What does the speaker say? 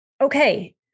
Okay